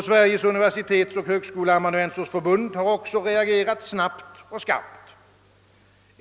Sveriges universitetsoch högskoleamanuensers förbund har också reagerat snabbt och skarpt.